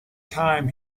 time